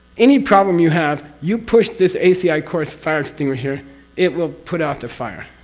any problem you have, you push this aci course fire extinguisher, it will put out the fire.